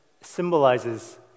symbolizes